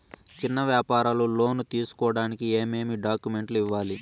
చిన్న వ్యాపారులు లోను తీసుకోడానికి ఏమేమి డాక్యుమెంట్లు ఇవ్వాలి?